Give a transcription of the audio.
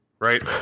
right